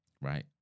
Right